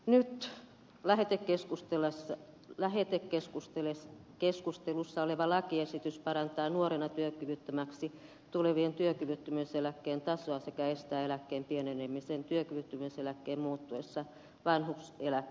nyt lähetekeskustelussa oleva lakiesitys parantaa nuorena työkyvyttömäksi tulevien työkyvyttömyyseläkkeen tasoa sekä estää eläkkeen pienenemisen työkyvyttömyyseläkkeen muuttuessa vanhuuseläkkeeksi